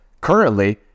currently